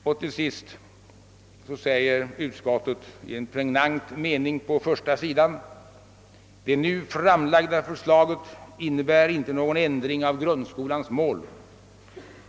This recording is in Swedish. I en pregnant passus på första sidan i sitt utlåtande skriver utskottet: »Det nu framlagda förslaget innebär inte någon ändring av grundskolans mål.